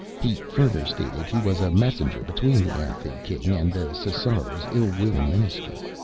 he further stated he was a messenger between the amphib king and the ssarraror's ill-will minister.